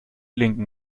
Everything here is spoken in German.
linken